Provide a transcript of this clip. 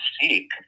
seek